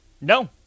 no